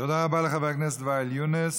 תודה רבה לחבר הכנסת ואאל יונס.